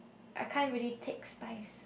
I can't really take spice